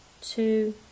two